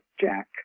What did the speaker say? Jack